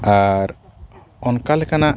ᱟᱨ ᱚᱱᱠᱟ ᱞᱮᱠᱟᱱᱟᱜ